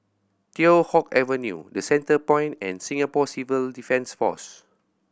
Teow Hock Avenue The Centrepoint and Singapore Civil Defence Force